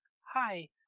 Hi